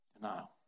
Denial